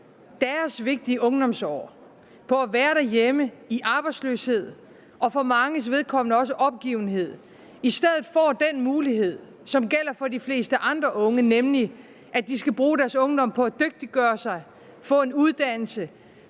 deres vigtige ungdomsår på at være derhjemme i arbejdsløshed og for manges vedkommende også i opgivenhed, i stedet får den mulighed, som gælder for de fleste andre unge, nemlig at de skal bruge deres ungdom på at dygtiggøre sig, få en uddannelse,